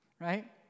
right